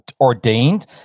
ordained